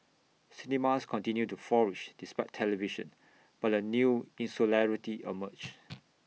cinemas continued to flourish despite television but A new insularity emerged